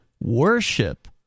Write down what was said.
worship